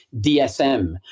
DSM